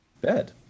bed